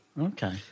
Okay